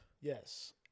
Yes